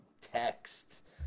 text